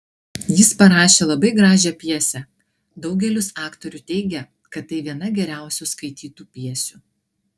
jis parašė labai gražią pjesę daugelis aktorių teigia kad tai viena geriausių skaitytų pjesių